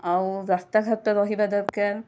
ଆଉ ରାସ୍ତାଘାଟ ରହିବା ଦରକାର